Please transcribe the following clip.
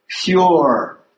pure